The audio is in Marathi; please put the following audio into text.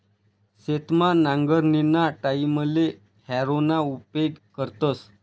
शेतमा नांगरणीना टाईमले हॅरोना उपेग करतस